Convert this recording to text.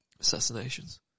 assassinations